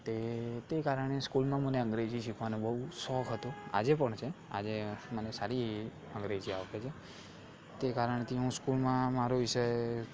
તે તે કારણે સ્કૂલમાં મને અંગ્રેજી શીખવાનો બહુ શોખ હતો આજે પણ છે આજે મને સારી એવી અંગ્રેજી આવડે છે તે કારણથી હું સ્કૂલમાં મારો વિષય